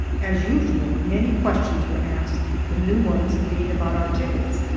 as usual, many questions were asked, the new ones being about our tickets.